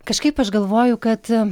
kažkaip aš galvoju kad